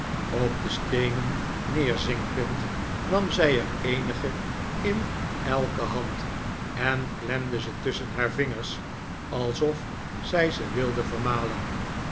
op de steenen heerzinkend nam zij er eenige in elke hand en klemde ze tusschen haar vingers alsof zij ze wilde vermalen